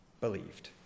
believed